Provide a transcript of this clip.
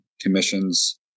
commissions